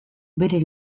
bere